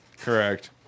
Correct